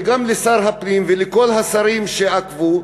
וגם לשר הפנים ולכל השרים שעקבו,